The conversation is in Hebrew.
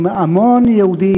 עם המון יהודים,